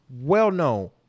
well-known